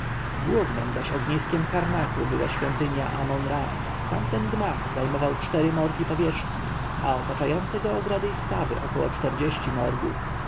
głownem zaś ogniskiem karnaku była świątynia amona-ra sam ten gmach zajmował cztery morgi powierzchni a otaczające go ogrody i stawy około czterdziestu morgów